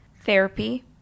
therapy